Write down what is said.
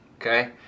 Okay